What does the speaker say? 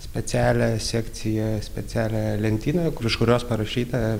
specialią sekcijoje specialią lentynoje kur iš kurios parašyta